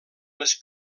les